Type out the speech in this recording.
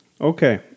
Okay